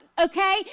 okay